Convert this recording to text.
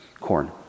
corn